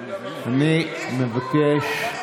היושב-ראש.